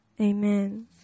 Amen